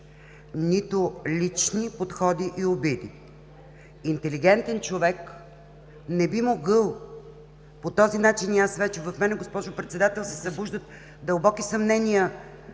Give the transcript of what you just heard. нито лични подходи и обиди. Интелигентен човек не би могъл по този начин… И вече в мен, госпожо Председател, се събуждат дълбоки съмнения,